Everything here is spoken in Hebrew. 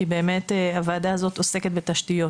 כי הוועדה הזאת עוסקת בתשתיות,